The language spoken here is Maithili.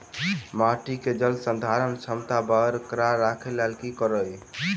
माटि केँ जलसंधारण क्षमता बरकरार राखै लेल की कड़ी?